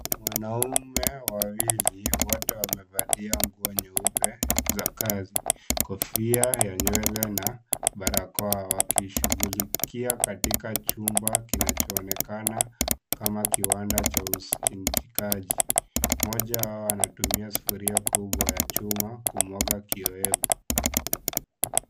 Wanaume wawili wote wamevalia nguo nyeupe za kazi, Kofia ya nywele na barakoa, wakishughulikia katika chumba kinachoonekana kama kiwanda cha uzindikaji, mmoja wao anatumia sufuria kubwa ya chuma kumwaga kioevu.